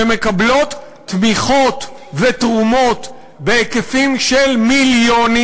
שמקבלות תמיכות ותרומות בהיקפים של מיליונים